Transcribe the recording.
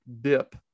dip